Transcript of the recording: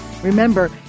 Remember